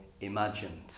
imagined